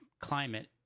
climate